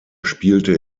spielte